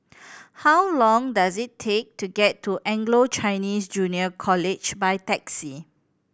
how long does it take to get to Anglo Chinese Junior College by taxi